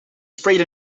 sprayed